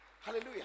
Hallelujah